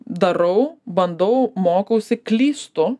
darau bandau mokausi klystu